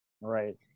right